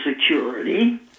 Security